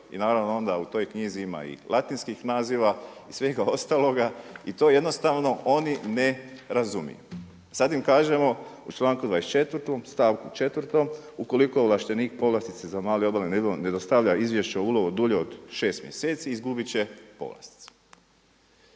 i naravno onda u toj knjizi ima i latinskih naziva i svega ostaloga i to jednostavno oni ne razumiju. Sada im kažemo u članku 24. stavku 4. „ukoliko ovlaštenik povlastice za mali obalni izlov ne dostavlja izvješće o ulovu dulje od šest mjeseci izgubit će povlastice“.